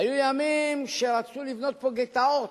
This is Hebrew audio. היו ימים שרצו לבנות פה גטאות.